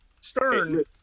Stern –